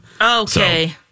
Okay